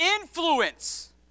influence